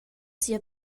sia